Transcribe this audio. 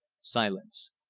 silence.